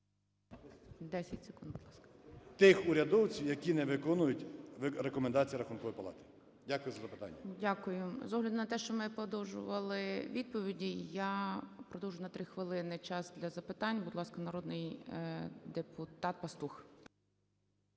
Дякую за запитання. ГОЛОВУЮЧИЙ. Дякую. З огляду на те, що ми подовжували відповіді, я продовжу на 3 хвилини час для запитань. Будь ласка, народний депутат Пастух.